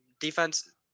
defense